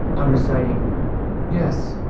i'm reciting yes,